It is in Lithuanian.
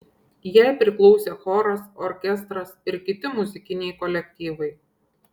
jai priklausė choras orkestras ir kiti muzikiniai kolektyvai